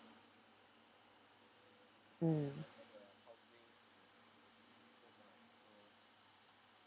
mm